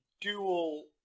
dual